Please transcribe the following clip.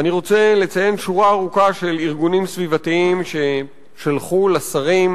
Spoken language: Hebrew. אני רוצה לציין שורה ארוכה של ארגונים סביבתיים ששלחו לשרים